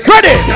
Ready